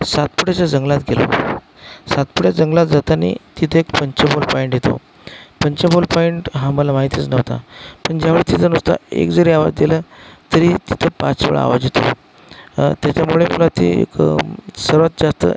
सातपुड्याच्या जंगलात गेलो सातपुडा जंगलात जाताना तिथे एक पंचगोल पॉईंट येतो पंचगोल पॉईंट हा आम्हाला माहितीच नव्हता पण ज्यावेळी तिथं नुसता एक जरी आवाज दिला तरी तिथे पाचवेळा आवाज येतो त्याच्यामुळे ते एक सर्वात जास्त